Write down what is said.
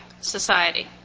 society